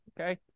okay